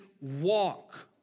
walk